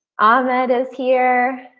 ahmed is here.